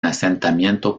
asentamiento